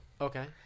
Okay